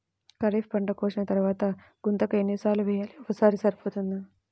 ఖరీఫ్ పంట కోసిన తరువాత గుంతక ఎన్ని సార్లు వేయాలి? ఒక్కసారి సరిపోతుందా?